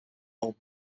old